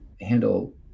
handle